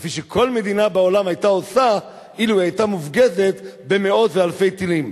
כפי שכל מדינה בעולם היתה עושה אילו היא היתה מופגזת במאות ואלפי טילים,